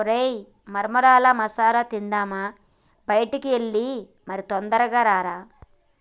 ఒరై మొన్మరాల మసాల తిందామా బయటికి ఎల్లి మరి తొందరగా రారా